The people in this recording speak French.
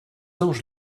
anges